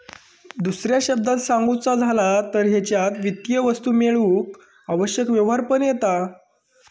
दुसऱ्या शब्दांत सांगुचा झाला तर हेच्यात वित्तीय वस्तू मेळवूक आवश्यक व्यवहार पण येता